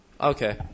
Okay